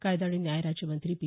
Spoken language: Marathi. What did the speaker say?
कायदा आणि न्याय राज्य मंत्री पी